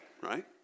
right